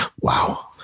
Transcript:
wow